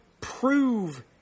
prove